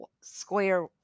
square